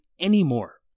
anymore